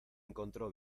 encontró